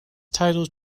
title